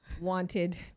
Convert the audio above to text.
wanted